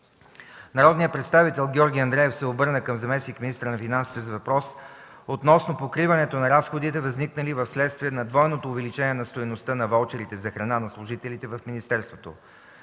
Народният представител Георги Андреев се обърна към заместник-министъра на финансите с въпрос относно покриването на разходите, възникнали вследствие на двойното увеличение на стойността на ваучерите за храна на служителите в министерството.